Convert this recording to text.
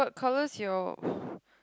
colour is your